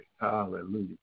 Hallelujah